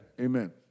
amen